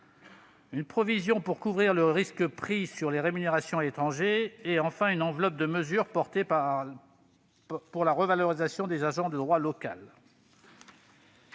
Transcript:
une provision pour couvrir le risque prix sur les rémunérations à l'étranger ; une enveloppe de mesures pour la revalorisation des agents de droit local.